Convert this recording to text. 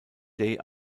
day